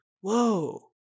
whoa